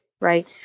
Right